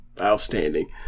Outstanding